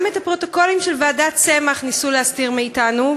גם את הפרוטוקולים של ועדת צמח ניסו להסתיר מאתנו,